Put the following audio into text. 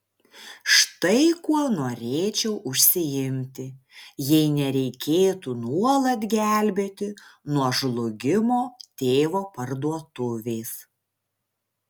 štai kuo norėčiau užsiimti jei nereikėtų nuolat gelbėti nuo žlugimo tėvo parduotuvės